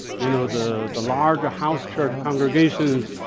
you know the the larger house church congregations,